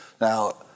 Now